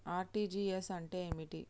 RTGS అంటే ఏమిటి?